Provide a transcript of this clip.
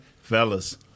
fellas